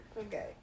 Okay